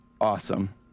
awesome